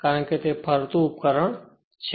કારણ કે તે ફરતું ઉપકરણ છે